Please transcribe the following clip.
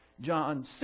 John